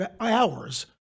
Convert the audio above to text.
hours